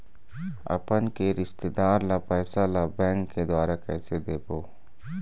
अपन के रिश्तेदार ला पैसा ला बैंक के द्वारा कैसे देबो?